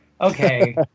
okay